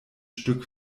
stück